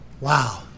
Wow